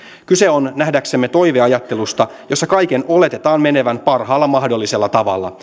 kyse on nähdäksemme toiveajattelusta jossa kaiken oletetaan menevän parhaalla mahdollisella tavalla